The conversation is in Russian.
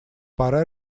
пора